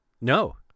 No